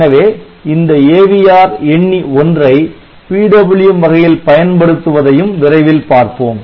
எனவே இந்த AVR எண்ணி 1 ஐ PWM வகையில் பயன்படுத்துவதையும் விரைவில் பார்ப்போம்